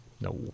no